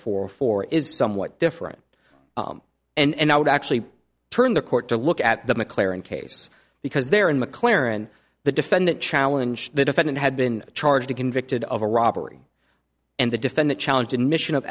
four four is somewhat different and i would actually turn the court to look at the mclaren case because they're in mclaren the defendant challenge the defendant had been charged or convicted of a robbery and the defendant challenge admission of